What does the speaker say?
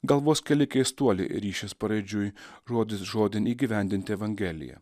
gal vos keli keistuoliai ryšis paraidžiui žodis žodin įgyvendinti evangeliją